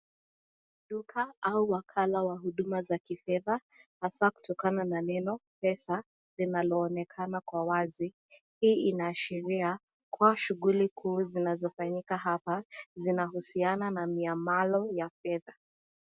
Duka au wakala wa huduma za kifedha haswaa kutokana na neno pesa linaonekana kwa wazi hii inaashiria kua shuguli kuu zinazofanyika hapa zinahusiana na miamalo za fedha.